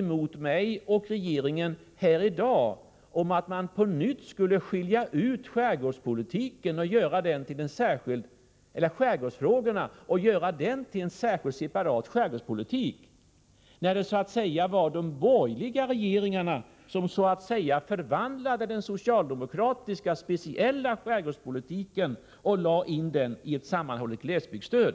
mot mig och regeringen här i dag att man på nytt skulle skilja ut skärgårdsfrågorna och göra dem till en separat skärgårdspolitik. Det var ju de borgerliga regeringarna som så att säga förvandlade den socialdemokratiska speciella skärgårdspolitiken och lade in den i ett sammanhållet glesbygdsstöd.